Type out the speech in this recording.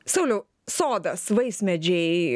sauliau sodas vaismedžiai